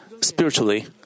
spiritually